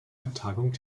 vertagung